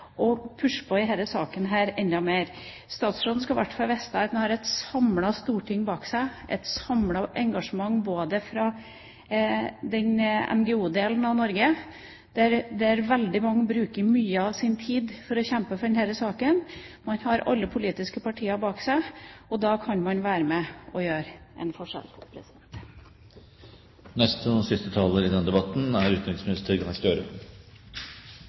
og pushe på denne saken enda mer. Utenriksministeren skal i hvert fall vite at han har et samlet storting bak seg, et samlet engasjement fra NGO-delen av Norge, der veldig mange bruker mye av sin tid for å kjempe for denne saken. Man har alle politiske partier bak seg, og da kan man være med og gjøre en forskjell. Jeg vil også berømme interpellanten, og jeg vil også slutte meg til hennes vektlegging av at her er